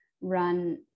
run